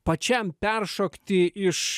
pačiam peršokti iš